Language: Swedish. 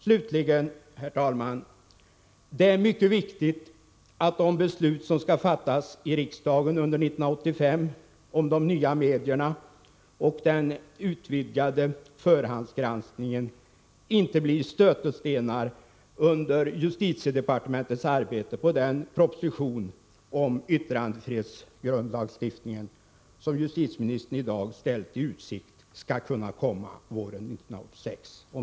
Slutligen är det, herr talman, mycket viktigt att de beslut som skall fattas i riksdagen under 1985 om de nya medierna och den utvidgade förhandsgranskningen inte blir stötestenar under justitiedepartementets arbete på den proposition om yttrandefrihetsgrundlagstiftningen som justitieministern i dag har ställt i utsikt skall kunna komma våren 1986.